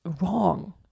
wrong